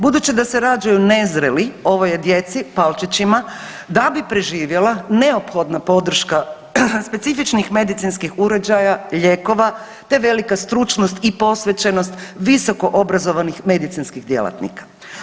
Budući da se rađaju nezreli ovoj je djeci Palčićima, da bi preživjela neophodna podrška specifičnih medicinskih uređaja, lijekova te velika stručnost i posvećenost visokoobrazovanih medicinskih djelatnika.